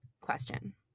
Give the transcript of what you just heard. question